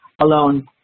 alone